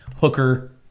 hooker